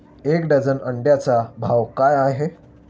एक डझन अंड्यांचा भाव काय आहे?